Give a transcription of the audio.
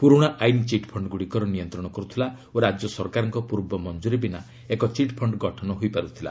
ପୁରୁଣା ଆଇନ ଚିଟ୍ଫଣ୍ଗୁଡ଼ିକର ନିୟନ୍ତ୍ରଣ କରୁଥିଲା ଓ ରାଜ୍ୟ ସରକାରଙ୍କ ପୂର୍ବ ମଞ୍ଜୁରି ବିନା ଏକ ଚିଟ୍ଫଣ୍ଡ ଗଠନ ହୋଇପାରୁଥିଲା